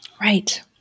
Right